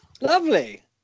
lovely